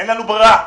אין לנו ברירה.